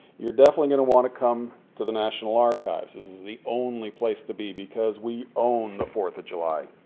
you're definitely going to want to come to the national archives. this is the only place to be because we own the fourth of july.